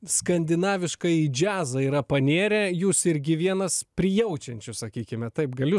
skandinaviškąjį džiazą yra panėrę jūs irgi vienas prijaučiančių sakykime taip galiu